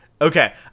Okay